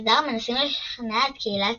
המסדר מנסים לשכנע את קהילת